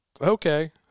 Okay